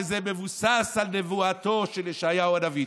וזה מבוסס על נבואתו של ישעיהו הנביא.